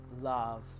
love